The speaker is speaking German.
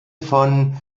von